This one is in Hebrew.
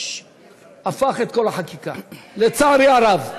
הפך את כל החקיקה, לצערי הרב.